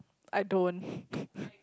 I don't